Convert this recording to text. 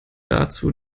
dazu